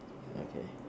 uh okay